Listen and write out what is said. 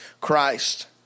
Christ